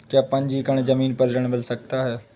क्या पंजीकरण ज़मीन पर ऋण मिल सकता है?